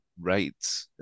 right